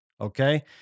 okay